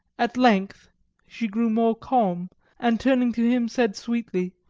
at length she grew more calm and turning to him said, sweetly,